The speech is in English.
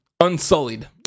unsullied